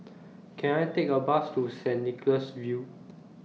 Can I Take A Bus to Saint Nicholas View